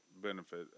benefit